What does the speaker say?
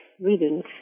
readings